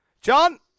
John